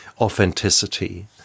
authenticity